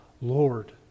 Lord